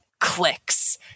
clicks